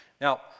Now